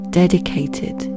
dedicated